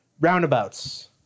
roundabouts